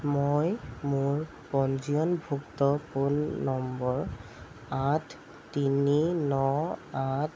মই মোৰ পঞ্জীয়নভুক্ত ফোন নম্বৰ আঠ তিনি ন আঠ